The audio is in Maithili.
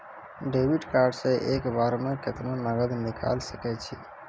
डेबिट कार्ड से एक बार मे केतना नगद निकाल सके छी?